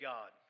God